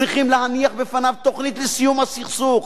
צריכים להניח בפניו תוכנית לסיום הסכסוך.